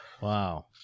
Wow